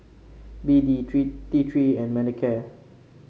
B D three T Three and Manicare